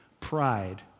pride